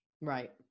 right